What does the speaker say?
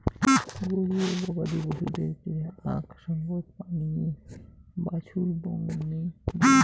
গরু ও গবাদি পছুদেরকে আক সঙ্গত পানীয়ে বাছুর বংনি দেই